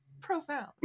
profound